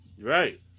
Right